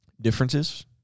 differences